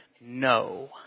no